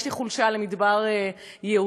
יש לי חולשה למדבר יהודה,